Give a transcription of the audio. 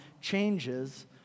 changes